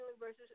versus